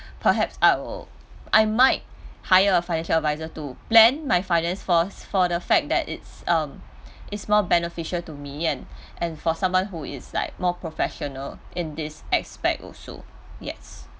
perhaps I will I might hire a financial adviser to plan my finance for for the fact that it's um is more beneficiary to me and and for someone who is like more professional in this aspect also yes